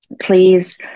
please